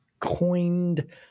coined